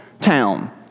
town